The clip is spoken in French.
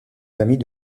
famille